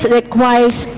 requires